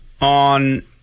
on